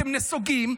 אתם נסוגים,